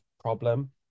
problem